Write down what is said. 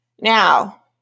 Now